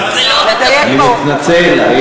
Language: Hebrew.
סליחה, אני מתנצל.